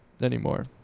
anymore